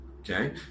okay